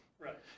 Right